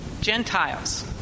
Gentiles